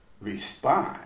respond